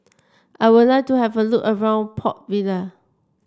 I would like to have a look around Port Vila